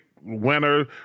winner